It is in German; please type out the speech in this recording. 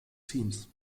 teams